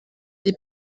des